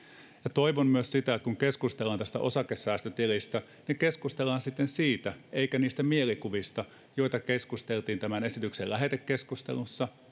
toivon myös kun keskustellaan tästä osakesäästötilistä että keskustellaan sitten siitä eikä niistä mielikuvista joista keskusteltiin tämän esityksen lähetekeskustelussa